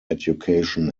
education